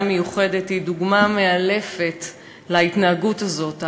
מיוחדת היא דוגמה מאלפת להתנהגות הזאת,